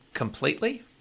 completely